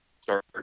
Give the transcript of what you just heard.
start